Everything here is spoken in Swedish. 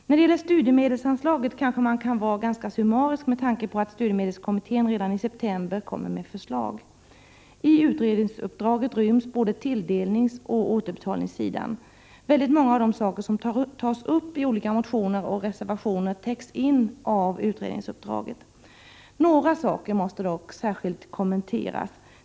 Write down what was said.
När det gäller studiemedelsanslaget kanske man kan vara ganska summarisk med tanke på att studiemedelskommittén redan i september kommer med förslag. I utredningsuppdraget ryms både tilldelningsoch återbetalningssidan. Väldigt många av de frågor som tas upp i olika motioner och reservationer täcks in av utredningsuppdraget. Några saker måste dock särskilt kommenteras.